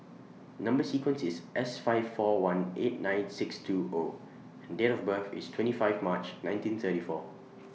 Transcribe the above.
Number sequence IS S five four one eight nine six two O and Date of birth IS twenty five March nineteen thirty four